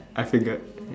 I figured